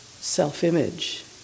self-image